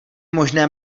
možné